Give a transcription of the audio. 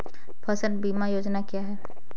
फसल बीमा योजना क्या है?